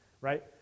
Right